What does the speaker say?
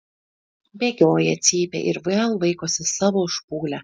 bėgioja cypia ir vėl vaikosi savo špūlę